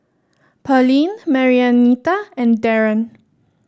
Pearline Marianita and Darren